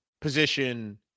position